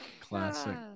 classic